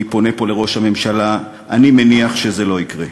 אני פונה פה לראש הממשלה, אני מניח שזה לא יקרה.